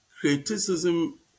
criticism